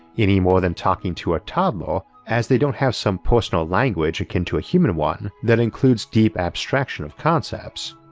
anymore than talking to a toddler as they don't have some personal language akin to a human one that includes deep abstraction of concepts.